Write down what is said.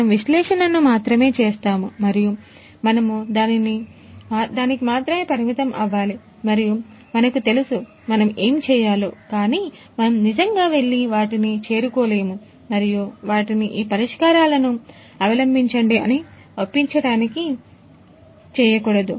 మనము విశ్లేషణను మాత్రమే చేస్తాము మరియు మనము దానికి మాత్రమే పరిమితం అవ్వాలి మరియు మనకు తెలుసు మనము ఏమి చెయ్యాలో కాని మనం నిజంగా వెళ్లి వాటిని చేరుకోలేము మరియు వారిని ఈ పరిష్కారాలను అవలంబించండి అని ఒప్పించటానికి అమ్మ చేయకూడదు